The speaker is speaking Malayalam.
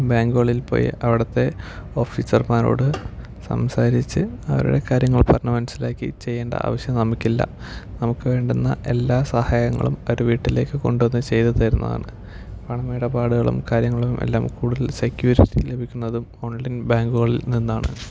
ബാങ്കുകളിൽ പോയി അവിടുത്തെ ഓഫീസർമാരോട് സംസാരിച്ച് അവരോട് കാര്യങ്ങൾ പറഞ്ഞു മനസ്സിലാക്കി ചെയ്യേണ്ട ആവശ്യം നമുക്കില്ല നമുക്ക് വേണ്ടുന്ന എല്ലാ സഹായങ്ങളും അവർ വീട്ടിലേക്ക് കൊണ്ടു വന്നു ചെയ്തു തരുന്നതാണ് പണമിടപാടുകളും കാര്യങ്ങളും എല്ലാം കൂടുതൽ സെക്യൂരിറ്റി ലഭിക്കുന്നതും ഓൺലൈൻ ബാങ്കുകളിൽ നിന്നാണ്